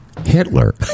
Hitler